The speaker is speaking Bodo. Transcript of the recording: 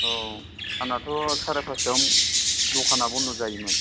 औ आंनाथ' साराय फास्थायावनो दखाना बन्द' जायोमोन